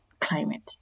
climate